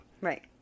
right